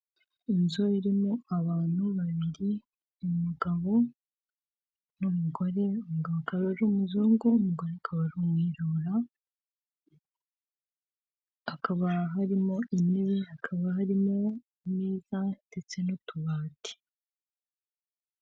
Inzu irimo abantu babiri; umugabo n'umugore, umugabo akaba ari umuzungu, umugore akaba ari umwirabura, hakaba harimo intebe, hakaba harimo ameza, ndetse n'utubati.